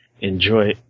enjoy